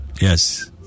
Yes